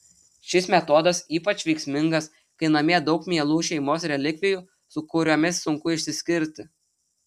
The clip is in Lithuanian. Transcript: šis metodas ypač veiksmingas kai namie daug mielų šeimos relikvijų su kuriomis sunku išsiskirti